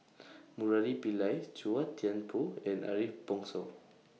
Murali Pillai Chua Thian Poh and Ariff Bongso